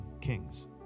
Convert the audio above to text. kings